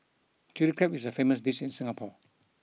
Chilli Crab is a famous dish in Singapore